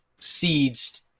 seeds